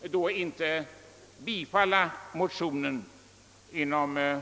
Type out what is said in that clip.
tillstyrker bankoutskottet då inte motionerna?